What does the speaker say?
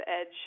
edge